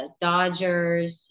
Dodgers